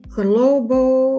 global